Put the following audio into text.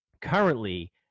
Currently